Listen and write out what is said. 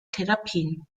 therapien